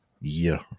year